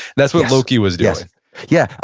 that's what loki was doing yeah, ah